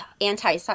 anti